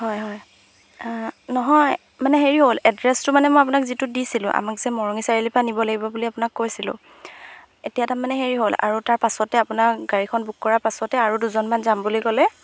হয় হয় নহয় মানে হেৰি হ'ল এড্ৰেছটো মানে মই আপোনাক যিটোত দিছিলোঁ আমাক যে মৰঙি চাৰিআলি পা নিব লাগিব বুলি আপোনাক কৈছিলোঁ এতিয়া তাৰমানে হেৰি হ'ল আৰু তাৰ পাছতে আপোনাৰ গাড়ীখন বুক কৰাৰ পাছতে আৰু দুজনমান যাম বুলি ক'লে